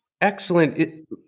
Excellent